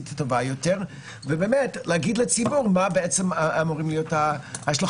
תהיה טובה יותר ולהגיד לציבור מה אמורות להיות ההשלכות?